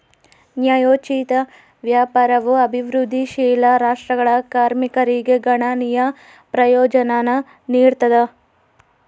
ನ್ಯಾಯೋಚಿತ ವ್ಯಾಪಾರವು ಅಭಿವೃದ್ಧಿಶೀಲ ರಾಷ್ಟ್ರಗಳ ಕಾರ್ಮಿಕರಿಗೆ ಗಣನೀಯ ಪ್ರಯೋಜನಾನ ನೀಡ್ತದ